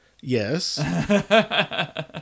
Yes